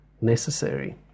necessary